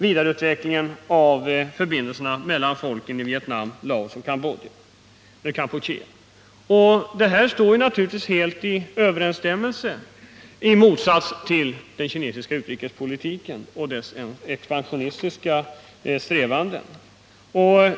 Vidareutvecklingen av förbindelserna mellan folken i Vietnam, Laos och Kampuchea. Allt detta står i motsats till den kinesiska utrikespolitiken och dess expansionistiska strävanden.